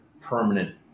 permanent